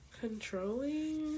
Controlling